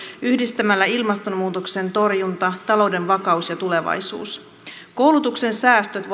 yhdistämällä ilmastonmuutoksen torjunta talouden vakaus ja tulevaisuus koulutuksen säästöt